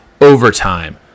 overtime